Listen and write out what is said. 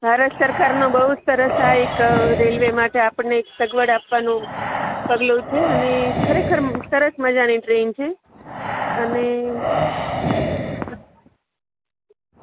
ભારત સરકારનો બહુ જ સરસ આ એક રેલવે માટે આપણને એક સગવડ આપવાનું પગલું છે અને એ ખરેખર સરસ મજાની ટ્રેન છે અને